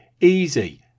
easy